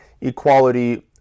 equality